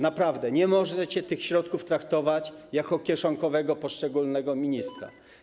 Naprawdę nie możecie tych środków traktować jako kieszonkowe poszczególnego ministra.